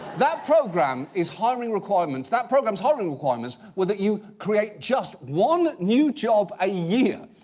that program is hiring requirements that program's hiring requirements were that you create just one new job a year,